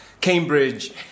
Cambridge